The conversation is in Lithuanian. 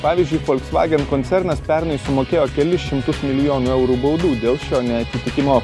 pavyzdžiui volkswagen koncernas pernai sumokėjo kelis šimtus milijonų eurų baudų dėl šio neatitikimo